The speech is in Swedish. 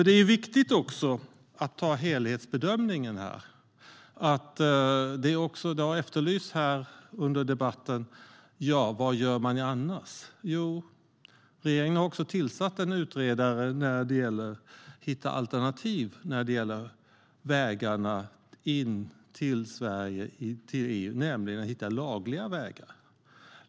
Det är viktigt att göra en helhetsbedömning. Det har under debatten efterlysts vad man gör annars. Jo, regeringen har också tillsatt en utredare som ska hitta alternativ när det gäller vägarna in till Sverige och EU, nämligen lagliga vägar.